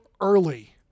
early